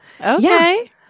Okay